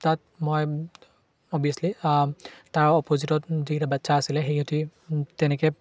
তাত মই অভিয়াছলি তাৰ অপজিটত যিকেইটা বাচ্ছা আছিলে সেই সতি তেনেকৈ